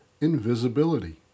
invisibility